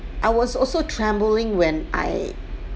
I was also trembling when I